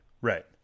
right